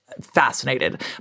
Fascinated